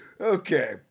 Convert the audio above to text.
Okay